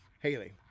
Haley